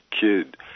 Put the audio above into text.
kid